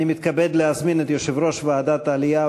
אני מתכבד להזמין את יושב-ראש ועדת העלייה,